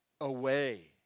away